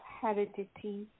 Heredity